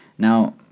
Now